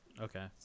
Okay